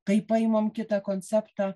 kai paimam kitą konceptą